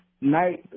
night